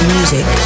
Music